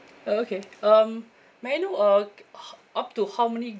oh okay um may I know uh up to how many